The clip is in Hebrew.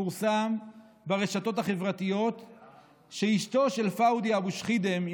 פורסם ברשתות החברתיות שאשתו של פאדי אבו שחידם,